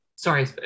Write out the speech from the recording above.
sorry